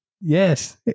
Yes